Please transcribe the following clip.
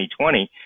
2020